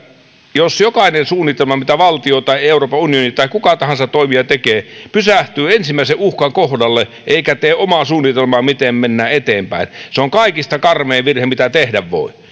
jos jokainen suunnitelma mitä valtio tai euroopan unioni tai kuka tahansa toimija tekee pysähtyy ensimmäisen uhkan kohdalle eikä tee omaa suunnitelmaa miten mennään eteenpäin se on kaikista karmein virhe mitä tehdä voi